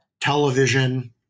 television